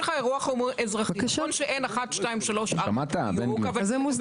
"לא יחולו